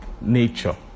nature